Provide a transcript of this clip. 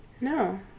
No